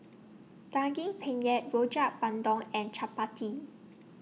Daging Penyet Rojak Bandung and Chappati